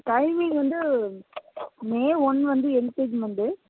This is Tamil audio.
டைமிங் வந்து மே ஒன் வந்து என்கேஜ்மெண்ட்டு